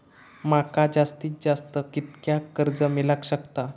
माका जास्तीत जास्त कितक्या कर्ज मेलाक शकता?